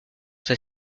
ses